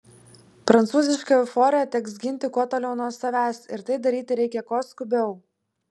prancūzišką euforiją teks ginti kuo toliau nuo savęs ir tai daryti reikia kuo skubiau